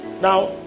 now